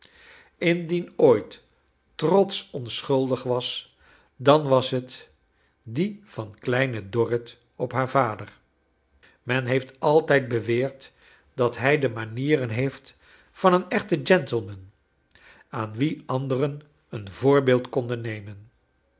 indien ooit trots onschuldig was dan was net die van kleine dorrit op haar vader men heeft altijd beweerd dat hij de manieren heeft van een echten gentleman aan wien anderen een voorbeeld konden nemen